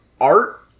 art